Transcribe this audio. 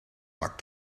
maar